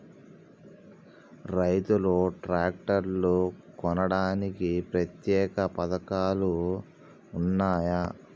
రైతులు ట్రాక్టర్లు కొనడానికి ప్రత్యేక పథకాలు ఉన్నయా?